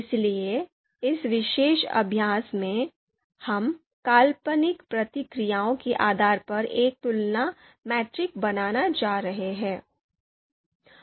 इसलिए इस विशेष अभ्यास में हम काल्पनिक प्रतिक्रियाओं के आधार पर एक तुलना मैट्रिक्स बनाने जा रहे हैं